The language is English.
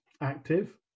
active